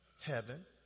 Heaven